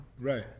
right